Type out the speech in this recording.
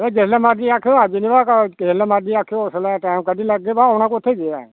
जिसलै मर्जी आक्खो अज्ज नीं पर जेल्लै मर्जी आक्खेओ उस बेल्लै टैम कड्ढी लैगे बा औना कु'त्थै जेही ऐ